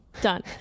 done